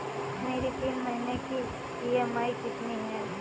मेरी तीन महीने की ईएमआई कितनी है?